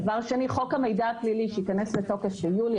דבר שני חוק המידע הפלילי שייכנס ביולי